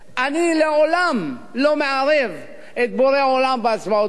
אני לעולם לא מערב את בורא עולם בהצבעות במליאה,